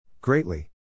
Greatly